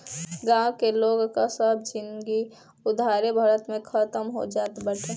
गांव के लोग कअ सब जिनगी उधारे भरत में खतम हो जात बाटे